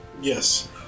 Yes